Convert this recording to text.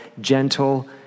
Gentle